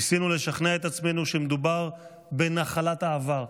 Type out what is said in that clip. ניסינו לשכנע את עצמנו שמדובר בנחלת העבר,